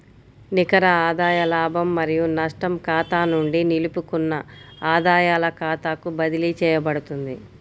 నికర ఆదాయ లాభం మరియు నష్టం ఖాతా నుండి నిలుపుకున్న ఆదాయాల ఖాతాకు బదిలీ చేయబడుతుంది